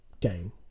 game